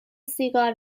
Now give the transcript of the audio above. سیگار